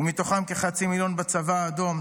ומתוכם כחצי מיליון בצבא האדום.